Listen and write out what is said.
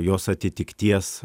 jos atitikties